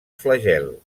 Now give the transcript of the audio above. flagel